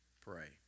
pray